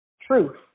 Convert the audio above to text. truth